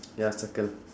ya circle